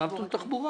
מה פתאום תחבורה?